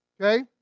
Okay